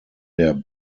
der